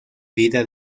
vida